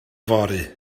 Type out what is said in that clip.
fory